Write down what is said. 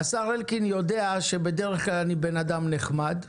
השר אלקין יודע שבדרך כלל אני בן אדם נחמד,